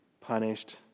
punished